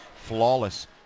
flawless